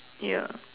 ya